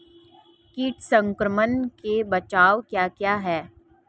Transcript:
कीट संक्रमण के बचाव क्या क्या हैं?